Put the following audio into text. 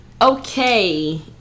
Okay